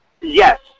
yes